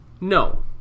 No